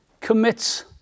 commits